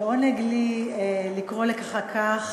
לעונג לי לקרוא לך כך.